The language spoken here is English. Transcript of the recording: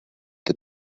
the